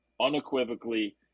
unequivocally